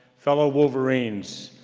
fellow wolverines,